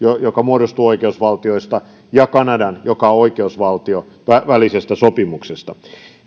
joka muodostuu oikeusvaltioista ja kanadan joka on oikeusvaltio välisestä sopimuksesta